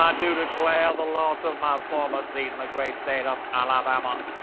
um do declare the loss of my former seat in the great state of alabama,